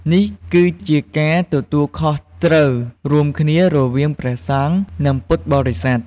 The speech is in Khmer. នេះគឺជាការទទួលខុសត្រូវរួមគ្នារវាងព្រះសង្ឃ និងពុទ្ធបរិស័ទ។